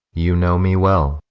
you know me well.